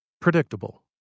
predictable